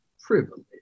privilege